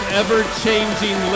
ever-changing